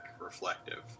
reflective